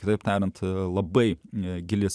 kitaip tariant labai negili